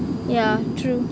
yeah true